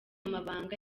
amabanga